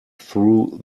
threw